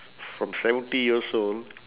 from seventy years old